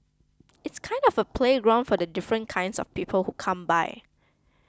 it's kind of a playground for the different kinds of people who come by